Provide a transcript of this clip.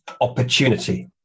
opportunity